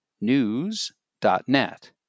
news.net